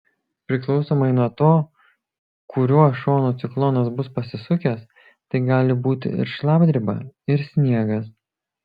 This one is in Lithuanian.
priklausomai nuo to kuriuo šonu ciklonas bus pasisukęs tai gali būti ir šlapdriba ir sniegas